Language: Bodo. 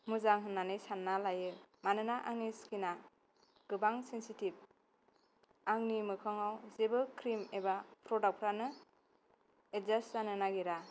मोजां होननानै सानना लायो मानोना आंनि स्किना गोबां सेनसेटिब आंनि मोखांआव जेबो क्रिम एबा फ्रदाकफ्रानो एदजास जानो नागेरा